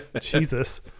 Jesus